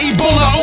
Ebola